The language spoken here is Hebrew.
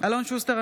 אלון שוסטר,